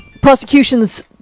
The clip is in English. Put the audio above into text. prosecutions